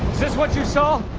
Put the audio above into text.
what you saw?